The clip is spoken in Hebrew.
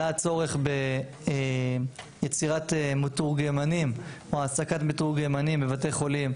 עלה הצורך ביצירת מתורגמנים או העסקת מתורגמנים בבתי החולים,